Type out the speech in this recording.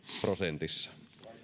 prosentissa